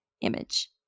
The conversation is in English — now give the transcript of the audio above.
image